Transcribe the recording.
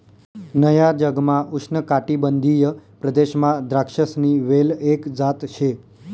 नया जगमा उष्णकाटिबंधीय प्रदेशमा द्राक्षसनी वेल एक जात शे